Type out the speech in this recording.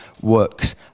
works